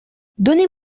donnez